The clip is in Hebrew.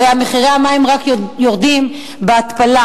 הרי מחירי המים רק יורדים בהתפלה